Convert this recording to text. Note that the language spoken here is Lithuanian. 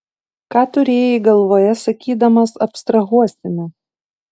ką turėjai galvoje sakydamas abstrahuosime